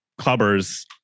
clubbers